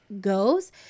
goes